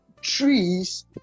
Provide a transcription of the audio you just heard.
trees